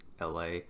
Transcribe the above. LA